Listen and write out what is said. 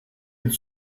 und